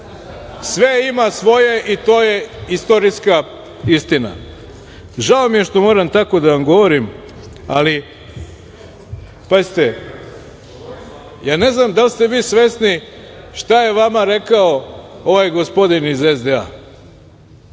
sve ima svoje i to je istorijska istina. Žao mi je što moram tako da vam govorim, ali pazite, ja ne znam da li ste vi svesni šta je vama rekao ovaj gospodin iz SDA.